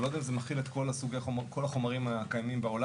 אני לא יודע אם זה מכיל את כל החומרים הקיימים בעולם,